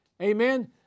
Amen